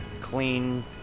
clean